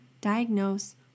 diagnose